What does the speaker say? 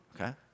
okay